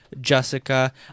jessica